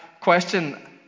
question